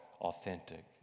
authentic